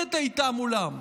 המערכת הייתה מולם,